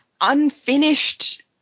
unfinished